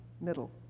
middle